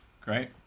great